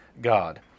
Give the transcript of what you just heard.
God